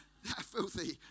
Filthy